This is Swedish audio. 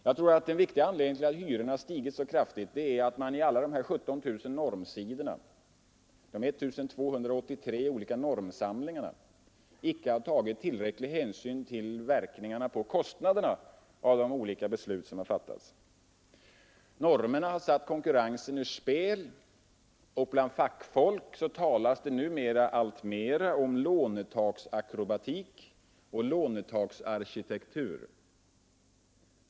Jag tror att en viktig anledning till att hyrorna har stigit så kraftigt är att man i alla de här 17 000 normsidorna, de 1 225 olika normsamlingarna, icke har tagit tillräcklig hänsyn till verkningarna på kostnaderna av de olika beslut som har fattats. Normerna har satt konkurrensen ur spel, och bland fackfolk talas det nu mera alltmer om ”lånetaksakrobatik” och ”lånetaksarkitektur”.